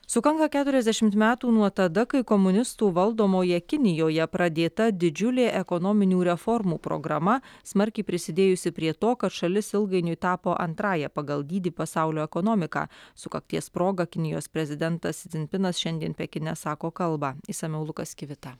sukanka keturiasdešimt metų nuo tada kai komunistų valdomoje kinijoje pradėta didžiulė ekonominių reformų programa smarkiai prisidėjusi prie to kad šalis ilgainiui tapo antrąja pagal dydį pasaulio ekonomika sukakties proga kinijos prezidentas si dzinpinas šiandien pekine sako kalbą išsamiau lukas kivita